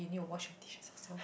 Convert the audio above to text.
you need to wash your dishes yourself